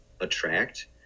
Attract